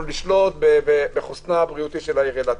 לשלוט בחוסנה הבריאותי של העיר אילת.